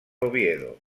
oviedo